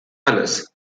alles